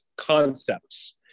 concepts